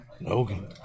Logan